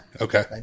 Okay